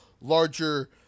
larger